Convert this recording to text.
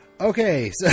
Okay